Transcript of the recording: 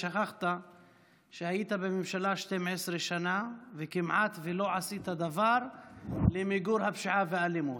שכחת שהיית בממשלה 12 שנה וכמעט ולא עשית דבר למיגור הפשיעה והאלימות.